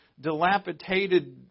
dilapidated